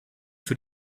für